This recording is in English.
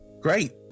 Great